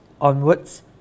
onwards